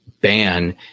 ban